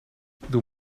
doe